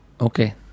Okay